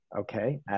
okay